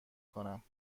کنم